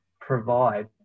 provide